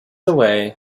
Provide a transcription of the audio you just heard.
away